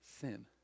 sin